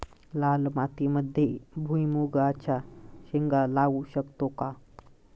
लाल मातीमध्ये भुईमुगाच्या शेंगा लावू शकतो का?